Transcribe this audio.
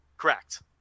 Correct